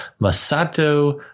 Masato